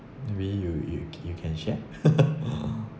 maybe you you you can share